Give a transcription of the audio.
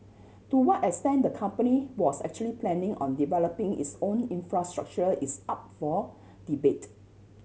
to what extent the company was actually planning on developing its own infrastructure is up for debate